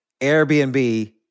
Airbnb